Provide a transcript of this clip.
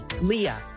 Leah